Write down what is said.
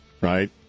right